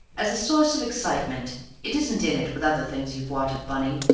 as a source of excitement it isn't in it with other things you wot of, bunny,